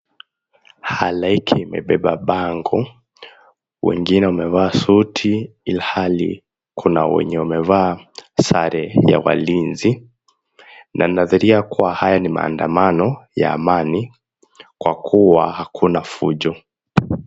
Halaiki imebeba bango wengine wamevaa suti, ilhali kuna wenye wamevaa sare ya walinzi na inaashiria kuwa haya ni maandamano ya amani kwa kuwa hakuna fujo.